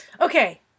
Okay